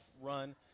run